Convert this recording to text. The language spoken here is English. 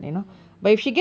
ya